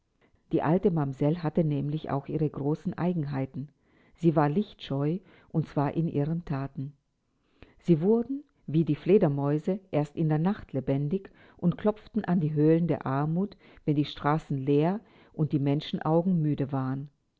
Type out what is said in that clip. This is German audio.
die alte mamsell hatte nämlich auch ihre großen eigenheiten sie war lichtscheu und zwar in ihren thaten sie wurden wie die fledermäuse erst mit der nacht lebendig und klopften an die höhlen der armut wenn die straßen leer und die menschenaugen müde waren